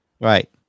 Right